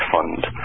Fund